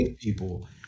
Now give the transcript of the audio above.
people